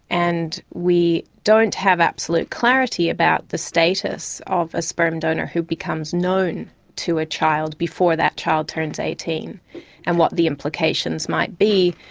and we don't have absolute clarity about the status of a sperm donor who becomes known to a child before that child turns eighteen and what the implications might be,